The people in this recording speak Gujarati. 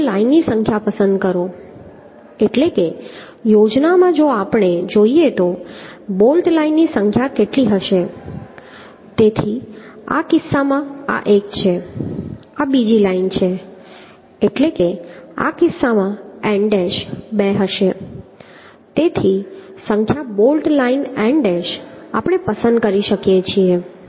હવે બોલ્ટ લાઇનની સંખ્યા પસંદ કરો એટલે કે યોજનામાં જો આપણે જોઈએ તો બોલ્ટ લાઇનની સંખ્યા કેટલી હશે તેથી આ કિસ્સામાં આ એક છે આ બીજી લાઇન છે એટલે કે આ કિસ્સામાં nડેશ 2 હશે તેથી સંખ્યા બોલ્ટ લાઈન nડેશ આપણે પસંદ કરી શકીએ છીએ